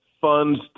funds